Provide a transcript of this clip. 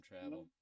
travel